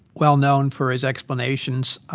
well-known for his explanations,